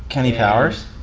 kenny powers?